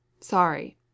sorry